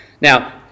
Now